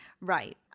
Right